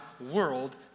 world